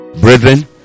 brethren